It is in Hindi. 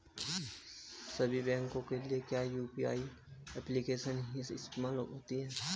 सभी बैंकों के लिए क्या यू.पी.आई एप्लिकेशन ही इस्तेमाल होती है?